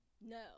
No